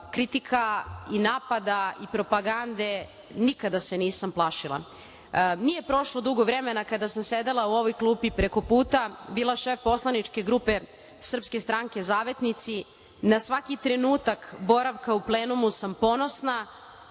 kritike i napada i propagande nikada se nisam plašila. Nije prošlo dugo vremena od kada sam sedela u ovoj klupi preko puta, bila šef poslaničke grupe Srpske stranke Zavetnici, na svaki trenutak boravka u plenumu sam ponosna,